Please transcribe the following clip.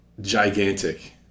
gigantic